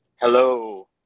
Hello